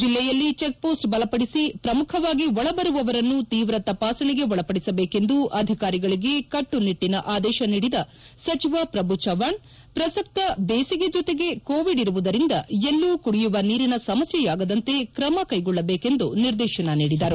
ಜಿಲ್ಲೆಯಲ್ಲಿ ಚೆಕ್ಪೋಸ್ಟ್ ಬಲಪಡಿಸಿ ಪ್ರಮುಖವಾಗಿ ಒಳಬರುವವರನ್ನು ತೀವ್ರ ತಪಾಸಣೆಗೆ ಒಳಪಡಿಸಬೇಕೆಂದು ಅಧಿಕಾರಿಗಳಿಗೆ ಕಟ್ಟುನಿಟ್ಟನ ಆದೇಶ ನೀಡಿದ ಸಚಿವ ಪ್ರಭು ಚವ್ವಾಣ್ ಪ್ರಸಕ್ತ ಬೇಸಿಗೆ ಜೊತೆಗೆ ಕೋವಿಡ್ ಇರುವುದರಿಂದ ಎಲ್ಲೂ ಕುಡಿಯುವ ನೀರಿನ ಸಮಸ್ಯೆ ಆಗದಂತೆ ಕ್ರಮ ಕೈಗೊಳ್ಳಬೇಕೆಂದು ನಿರ್ದೇಶನ ನೀಡಿದರು